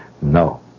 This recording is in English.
No